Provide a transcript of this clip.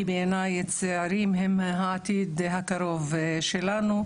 כי בעיני הצעירים עם העתיד הקרוב שלנו,